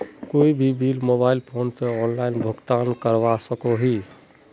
कोई भी bill mobile phone से ऑनलाइन भुगतान करवा सकोहो ही?